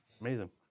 amazing